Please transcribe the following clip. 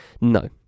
No